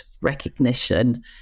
recognition